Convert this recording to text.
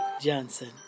Johnson